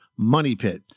MONEYPIT